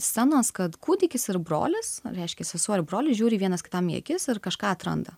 scenos kad kūdikis ir brolis reiškia sesuo ir brolis žiūri vienas kitam į akis ir kažką atranda